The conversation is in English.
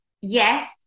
yes